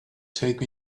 take